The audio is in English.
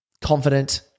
confident